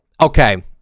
okay